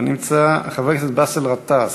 לא נמצא, חבר הכנסת באסל גטאס,